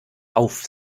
auf